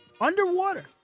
underwater